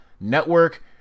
Network